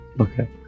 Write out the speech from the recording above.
okay